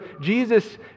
Jesus